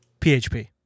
PHP